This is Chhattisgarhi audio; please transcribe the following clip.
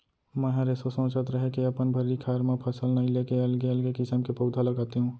मैंहर एसो सोंचत रहें के अपन भर्री खार म फसल नइ लेके अलगे अलगे किसम के पउधा लगातेंव